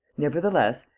nevertheless,